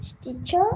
Stitcher